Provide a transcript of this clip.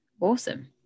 Awesome